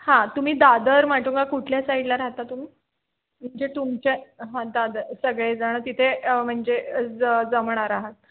हां तुम्ही दादर माटुंगा कुठल्या साईडला राहता तुम्ही म्हणजे तुमच्या हां दादर सगळेजणं तिथे म्हणजे ज जमणार आहात